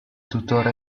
tuttora